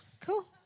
Cool